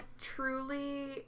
truly